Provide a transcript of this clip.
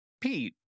Pete